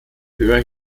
höher